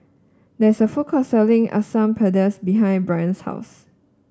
there is a food court selling Asam Pedas behind Brant's house